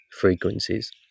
frequencies